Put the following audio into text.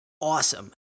awesome